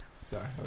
Sorry